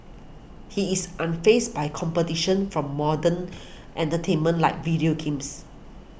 he is unfazed by competition from modern entertainment like video games